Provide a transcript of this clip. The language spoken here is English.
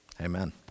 Amen